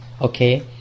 okay